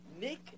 Nick